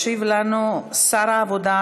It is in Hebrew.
ישיב לנו שר העבודה,